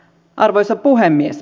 arvoisa puhemies